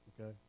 Okay